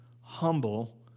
humble